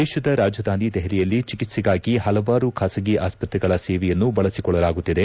ದೇಶದ ರಾಜಧಾನಿ ದೆಹಲಿಯಲ್ಲಿ ಚಿಕಿತ್ಸೆಗಾಗಿ ಹಲವಾರು ಖಾಸಗಿ ಆಸ್ಪತ್ರೆಗಳ ಸೇವೆಯನ್ನು ಬಳಸಿಕೊಳ್ಳಲಾಗುತ್ತಿದೆ